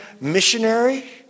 missionary